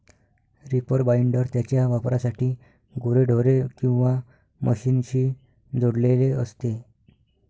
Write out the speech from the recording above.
reaper binder त्याच्या वापरासाठी गुरेढोरे किंवा मशीनशी जोडलेले असते